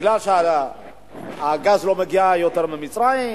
מפני שהגז לא מגיע יותר ממצרים,